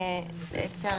איזה שירות?